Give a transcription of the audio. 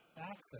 access